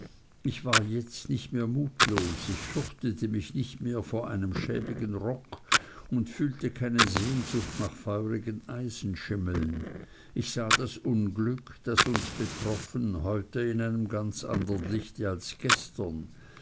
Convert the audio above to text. ich war jetzt nicht mehr mutlos ich fürchtete mich nicht mehr vor einem schäbigen rock und fühlte keine sehnsucht nach feurigen eisenschimmeln ich sah das unglück das uns betroffen heute in einem ganz andern licht als gestern